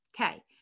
Okay